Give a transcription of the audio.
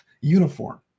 uniform